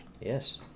Yes